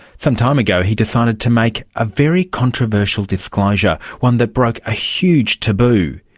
some time ago he decided to make a very controversial disclosure, one that broke a huge taboo.